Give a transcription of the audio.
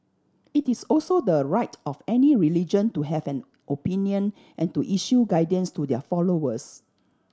it is also the right of any religion to have an opinion and to issue guidance to their followers